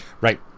Right